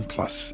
Plus